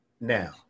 now